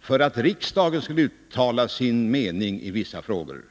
för att riksdagen skall uttala sin mening i vissa frågor.